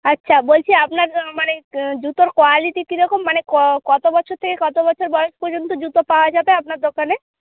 আচ্ছা বলছি আপনার মানে জুতোর কোয়ালিটি কি রকম মানে কতো বছর থেকে কতো বছর বয়স পর্যন্ত জুতো পাওয়া যাবে আপনার দোকানে